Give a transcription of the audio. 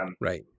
Right